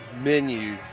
menu